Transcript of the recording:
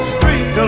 Street